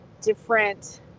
different